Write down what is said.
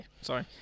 sorry